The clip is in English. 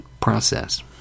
process